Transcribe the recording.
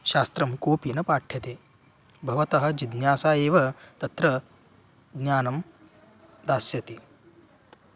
शास्त्रं कोपि न पाठ्यते भवतः जिज्ञासा एव तत्र ज्ञानं दास्यति